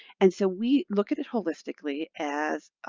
and so we look at it holistically as,